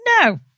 No